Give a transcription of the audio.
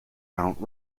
mount